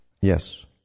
Yes